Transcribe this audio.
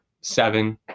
seven